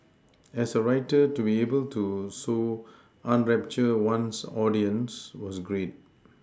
as a writer to be able to so enrapture one's audience was great